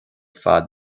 fad